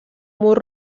mur